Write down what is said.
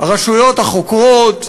הרשויות החוקרות,